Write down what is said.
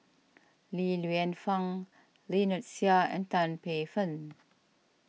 Li Lienfung Lynnette Seah and Tan Paey Fern